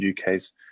UK's